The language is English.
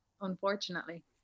unfortunately